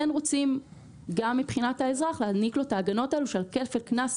רוצים גם מבחינת האזרח להעניק לו את ההגנות האלו שכפל הקנס